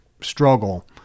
struggle